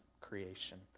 creation